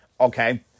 okay